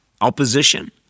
opposition